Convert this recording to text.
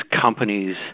companies